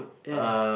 ya